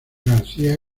garcía